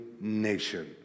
nation